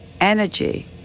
energy